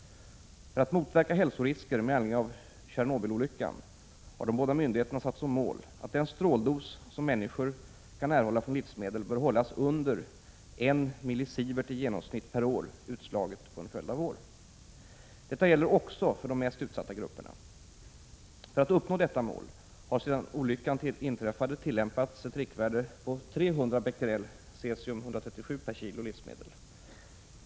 För att motverka hälsorisker med anledning av Tjernobylolyckan har de båda myndigheterna satt som mål att den stråldos som människor kan erhålla från livsmedel bör hållas under 1 millisievert i genomsnitt per år, utslaget på en följd av år. Detta gäller också för de mest utsatta grupperna. För att uppnå detta mål har sedan olyckan inträffade tillämpats ett riktvärde på 300 Bq cesium-137 per kg livsmedel.